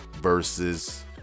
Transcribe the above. versus